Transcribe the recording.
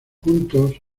juntos